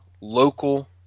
local